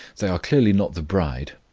they are clearly not the bride,